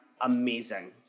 amazing